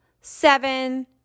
seven